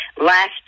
last